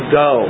go